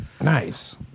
Nice